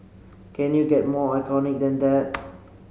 can you get more iconic than that